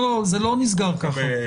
זה לא נסגר ככה.